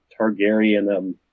Targaryen